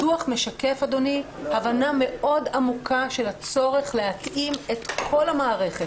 הדוח משקף הבנה עמוקה מאוד של הצורך להתאים את כל המערכת,